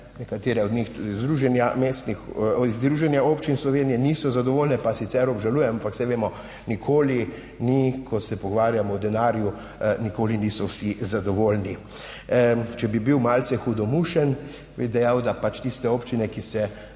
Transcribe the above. mestnih, Združenja občin Slovenije, niso zadovoljne pa sicer obžalujem, ampak saj vemo, nikoli ni, ko se pogovarjamo o denarju, nikoli niso vsi zadovoljni. Če bi bil malce hudomušen, bi dejal, da pač tiste občine, ki se